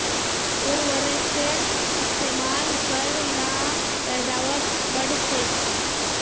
उर्वरकेर इस्तेमाल कर ल पैदावार बढ़छेक